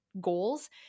goals